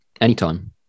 anytime